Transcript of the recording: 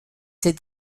ses